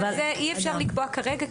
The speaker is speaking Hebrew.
את זה אי אפשר לקבוע כרגע.